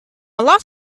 lot